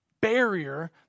barrier